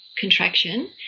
contraction